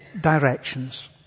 directions